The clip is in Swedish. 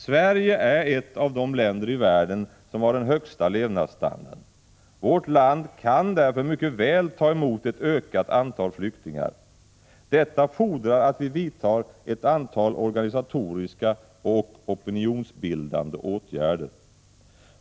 Sverige är ett av de länder i världen som har den högsta levnadsstandarden. Vårt land kan därför mycket väl ta emot ett ökat antal flyktingar. Detta fordrar att vi vidtar ett antal organisatoriska och opinionsbildande åtgärder.